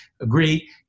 agree